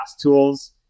tools